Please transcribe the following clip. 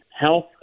Health